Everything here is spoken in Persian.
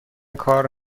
کار